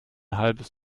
halbes